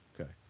Okay